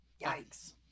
Yikes